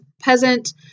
peasant